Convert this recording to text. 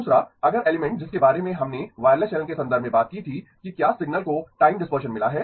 दूसरा अगला एलिमेंट जिसके बारे में हमने वायरलेस चैनल के संदर्भ में बात की थी कि क्या सिग्नल को टाइम डिसपर्सन मिला है